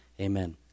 Amen